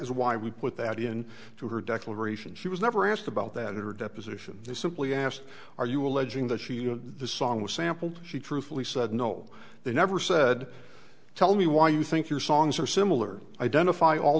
is why we put that in to her declaration she was never asked about that in her deposition they simply asked are you alleging that she the song was sampled she truthfully said no they never said tell me why you think your songs are similar identify all